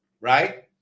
Right